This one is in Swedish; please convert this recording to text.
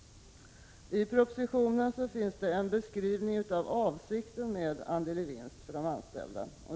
I propositionen finns en beskrivning av avsikten med andel i vinst för de anställda.